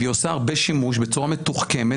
והיא הרבה שימוש בצורה מתוחכמת,